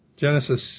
Genesis